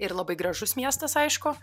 ir labai gražus miestas aišku